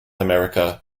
america